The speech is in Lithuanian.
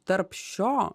tarp šio